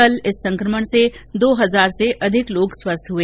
कल इस संकमण से दो हजार से अधिक लोग स्वस्थ हुए